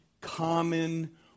common